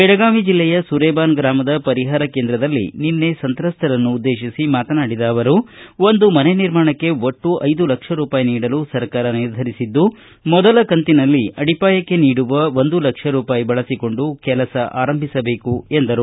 ಬೆಳಗಾವಿ ಜಿಲ್ಲೆಯ ಸುರೇಬಾನ ಗ್ರಾಮದ ಪರಿಹಾರ ಕೇಂದ್ರದಲ್ಲಿ ಸಂತ್ರಸ್ಥರನ್ನು ಉದ್ದೇಶಿಸಿ ಮಾತನಾಡಿದ ಅವರು ಒಂದು ಮನೆ ನಿರ್ಮಾಣಕ್ಕೆ ಒಟ್ಟು ಐದು ಲಕ್ಷ ರೂಪಾಯಿ ನೀಡಲು ಸರ್ಕಾರ ನಿರ್ಧರಿಸಿದ್ದು ಮೊದಲ ಕಂತಿನಲ್ಲಿ ಅಡಿಪಾಯಕ್ಕೆ ನೀಡುವ ಒಂದು ಲಕ್ಷ ರೂಪಾಯಿ ಬಳಸಿಕೊಂಡು ಕೆಲಸ ಆರಂಭಿಸಬೇಕು ಎಂದರು